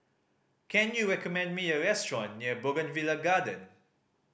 can you recommend me a restaurant near Bougainvillea Garden